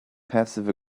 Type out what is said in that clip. passive